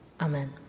Amen